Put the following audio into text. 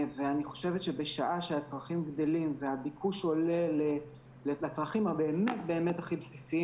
בשעה שהצרכים גדלים והביקוש עולה לצרכים הבאמת באמת הכי בסיסיים,